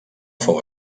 fou